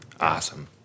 Awesome